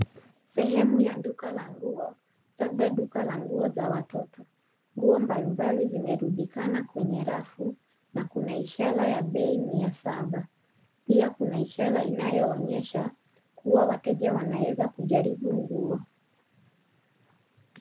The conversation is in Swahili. Sehemu ya duka la nguo, labda duka la nguo za watoto. Nguo mbalimbali zimerundikana na kuna ishara ya bei mia saba. Pia kuna ishara, inayoonyesha kuwa wateja wanaweza kujaribu nguo.